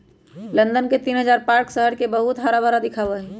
London के तीन हजार पार्क शहर के बहुत हराभरा दिखावा ही